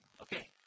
Okay